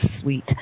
Sweet